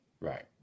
Right